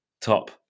top